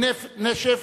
היא נשף